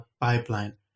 pipeline